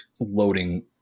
loading